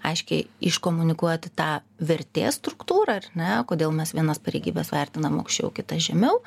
aiškiai iškomunikuoti tą vertės struktūrą ar ne kodėl mes vienas pareigybes vertinam aukščiau kitas žemiau